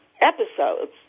episodes